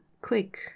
quick